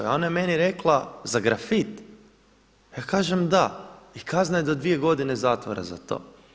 A ona je meni rekla za grafit, ja kažem da, i kazna je do dvije godine zatvora za to.